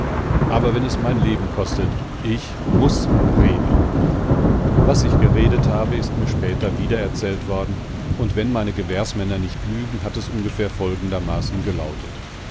aber wenn es mein leben kostet ich muß reden was ich geredet habe ist mir später wiedererzählt worden und wenn meine gewährsmänner nicht lügen hat es ungefähr folgendermaßen gelautet